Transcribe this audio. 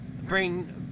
bring